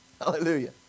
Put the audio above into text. Hallelujah